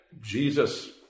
Jesus